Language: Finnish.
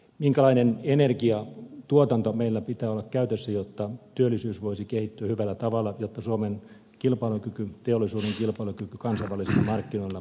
minkälainen energiantuotanto meillä pitää olla käytössä jotta työllisyys voisi kehittyä hyvällä tavalla jotta suomen kilpailukyky teollisuuden kilpailukyky kansainvälisillä markkinoilla voisi kehittyä